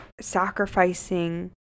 sacrificing